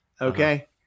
okay